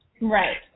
Right